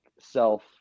self –